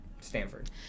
Stanford